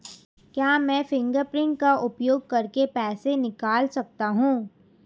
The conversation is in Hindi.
क्या मैं फ़िंगरप्रिंट का उपयोग करके पैसे निकाल सकता हूँ?